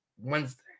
Wednesday